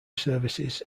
services